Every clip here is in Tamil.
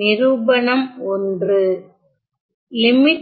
நிரூபணம் 1 எனவே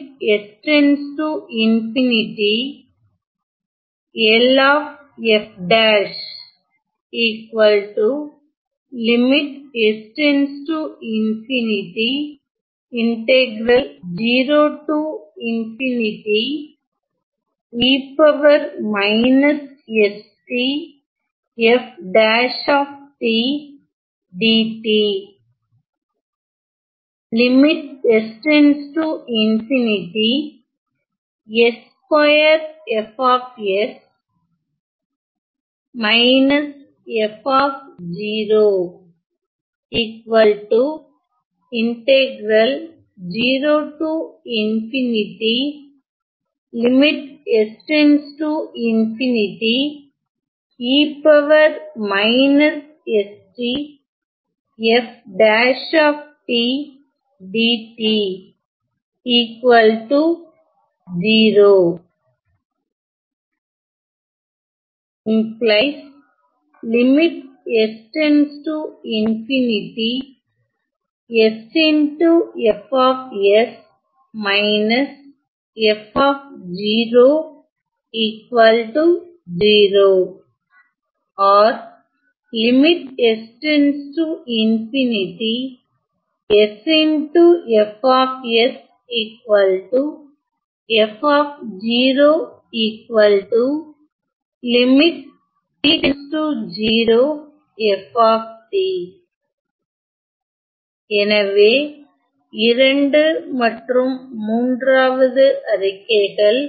2 மற்றும் 3 வது அறிக்கைகள்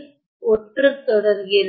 ஒற்றுத் தொடர்கிறது